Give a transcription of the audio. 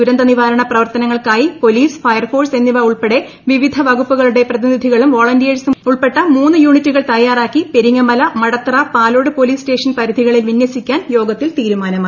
ദുരന്ത നിപ്പാർണ് പ്രവർത്തനങ്ങൾക്കായി പോലീസ് ഫയർ ഫോഴ്സ് കൃഷ്ണിവ ഉൾപ്പെടെ വിവിധ വകുപ്പുകളുടെ പ്രതിനിധികളും ്വോള്ണ്ടിയേൾസും ഉൾപ്പെട്ട മൂന്ന് യൂണിറ്റുകൾ തയ്യാറാക്കി പ്പെരിങ്ങ്മലമടത്തറ പാലോട് പോലീസ് സ്റ്റേഷൻ പരിധികളിൽ വിന്യസിക്കാൻ യോഗത്തിൽ തീരുമാനമായി